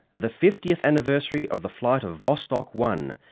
the fiftieth anniversary of the flight of vostok one,